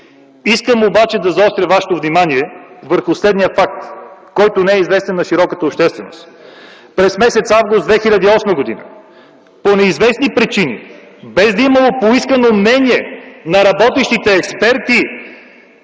Искам обаче да заостря вашето внимание върху следния факт, който не е известен на широката общественост. През м. август 2008 г. по неизвестни причини, без да има поискано мнение на работещите експерти,